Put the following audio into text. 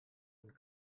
und